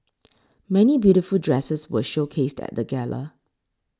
many beautiful dresses were showcased at the gala